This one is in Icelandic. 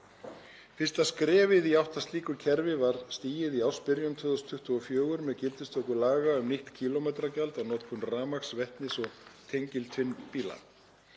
Fyrsta skrefið í átt að slíku kerfi var stigið í ársbyrjun 2024 með gildistöku laga um nýtt kílómetragjald á notkun rafmagns-, vetnis- og tengiltvinnbíla.